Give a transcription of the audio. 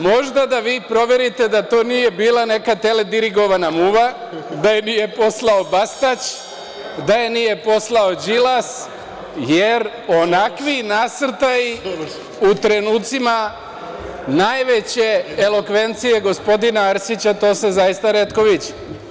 Možda da vi proverite da to nije bila teledirigovana muva, da je nije poslao Bastać, da je nije poslao Đilas, jer onakvi nasrtaji u trenucima najveće elokvencije gospodina Arsića, to se zaista retko viđa.